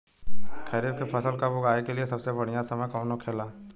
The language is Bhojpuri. खरीफ की फसल कब उगाई के लिए सबसे बढ़ियां समय कौन हो खेला?